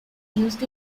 used